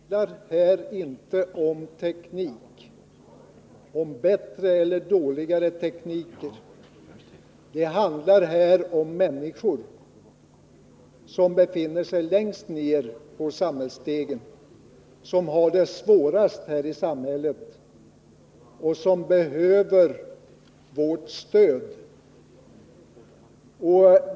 Herr talman! Det handlar här inte om en bättre eller en sämre teknik — det handlar om människor som befinner sig längst nere på samhällsstegen, som har det svårast i samhället och som behöver vårt stöd.